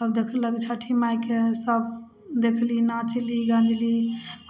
तब देखलक छठि माइके सब देखली नाचली गाँजली